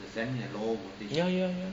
ya ya ya